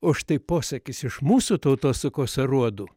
o štai posakis iš mūsų tautosakos aruodų